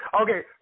Okay